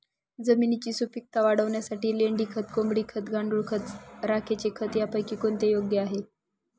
जमिनीची सुपिकता वाढवण्यासाठी लेंडी खत, कोंबडी खत, गांडूळ खत, राखेचे खत यापैकी कोणते योग्य आहे?